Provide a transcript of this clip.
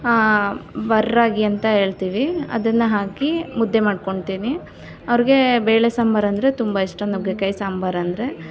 ಬರ್ರಾಗಿ ಅಂತ ಹೇಳ್ತೀವಿ ಅದನ್ನು ಹಾಕಿ ಮುದ್ದೆ ಮಾಡ್ಕೊಳ್ತೀನಿ ಅವ್ರಿಗೆ ಬೇಳೆ ಸಾಂಬರೆಂದ್ರೆ ತುಂಬ ಇಷ್ಟ ನುಗ್ಗೆಕಾಯಿ ಸಾಂಬರೆಂದ್ರೆ